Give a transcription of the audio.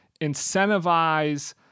incentivize